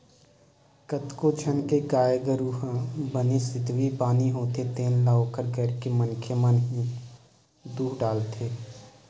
कतको झन के गाय गरु ह बने सिधवी बानी होथे तेन ल ओखर घर के मनखे मन ह ही दूह डरथे